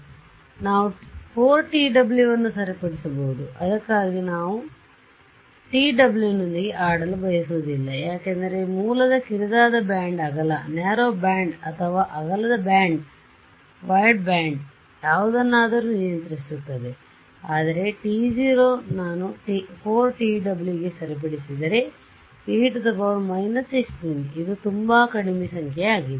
ಆದ್ದರಿಂದ ನಾನು 4tw ನ್ನು ಸರಿಪಡಿಸಬಹುದು ಇದಕ್ಕಾಗಿ ನಾನು tw ನೊಂದಿಗೆ ಆಡಲು ಬಯಸುವುದಿಲ್ಲಯಾಕೆಂದರೆ ಮೂಲದ ಕಿರಿದಾದ ಬ್ಯಾಂಡ್ ಅಗಲ ಅಥವಾ ಅಗಲವಾದ ಬ್ಯಾಂಡ್ ಅಥವಾ ಯಾವುದನ್ನಾದರೂ ನಿಯಂತ್ರಿಸುತ್ತದೆ ಆದರೆ t0 ನಾನು 4tw ಗೆ ಸರಿಪಡಿಸಿದರೆ e−16 ಇದು ತುಂಬಾ ಕಡಿಮೆ ಸಂಖ್ಯೆಯಾಗಿದೆ